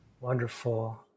Wonderful